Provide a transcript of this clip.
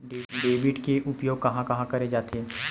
Debit के उपयोग कहां कहा करे जाथे?